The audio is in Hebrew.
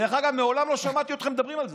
דרך אגב, מעולם לא שמעתי אתכם מדברים על זה.